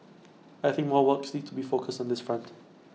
I think more works needs to be focused on this front